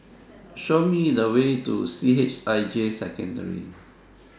Show Me The Way to C H I J Secondary